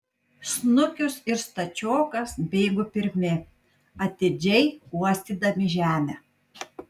snukius ir stačiokas bėgo pirmi atidžiai uostydami žemę